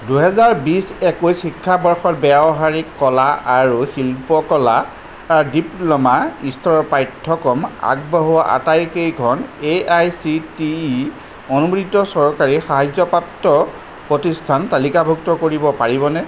দুহেজাৰ বিছ একৈছ শিক্ষাবৰ্ষত ব্যৱহাৰিক কলা আৰু শিল্পকলাৰ ডিপ্ল'মা স্তৰ পাঠ্যক্ৰম আগবঢ়োৱা আটাইকেইখন A' I C T E অনুমোদিত চৰকাৰী সাহায্যপ্ৰাপ্ত প্ৰতিষ্ঠান তালিকাভুক্ত কৰিব পাৰিবনে